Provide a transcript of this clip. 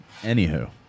Anywho